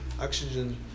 oxygen